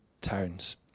towns